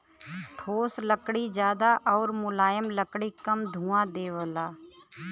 ठोस लकड़ी जादा आउर मुलायम लकड़ी कम धुंआ देवला